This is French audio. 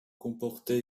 comportait